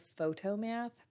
Photomath